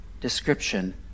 description